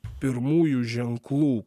pirmųjų ženklų